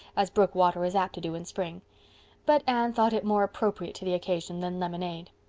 as brook water is apt to do in spring but anne thought it more appropriate to the occasion than lemonade.